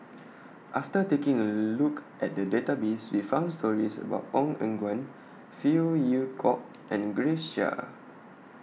after taking A Look At The Database We found stories about Ong Eng Guan Phey Yew Kok and Grace Chia